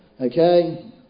Okay